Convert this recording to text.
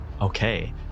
Okay